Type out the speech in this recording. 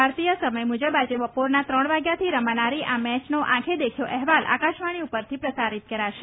ભારતીય સમય મુજબ આજે બપોરના ત્રણ વાગ્યાથી રમાનારી આ મેચનો આંખે દેખ્યો અહેવાલ આકાશવાણી પરથી પ્રસારીત કરાશે